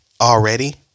Already